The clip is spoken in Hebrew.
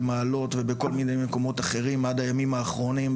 במעלות ובכל מיני מקומות אחרים עד הימים האחרונים,